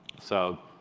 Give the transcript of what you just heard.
so